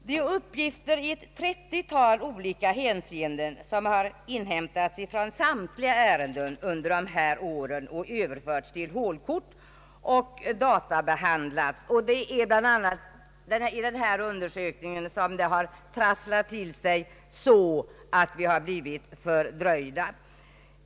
Det är uppgifter i ett 30-tal olika hänseenden som har inhämtats från samtliga ärenden under dessa år, överförts till hålkort och databehandlats. Det är bl.a. i den undersökningen som det har trasslat till sig så att vi blivit fördröjda.